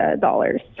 dollars